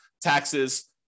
taxes